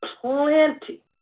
plenty